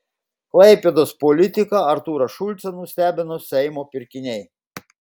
klaipėdos politiką artūrą šulcą nustebino seimo pirkiniai